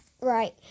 right